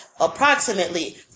approximately